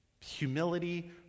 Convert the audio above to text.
Humility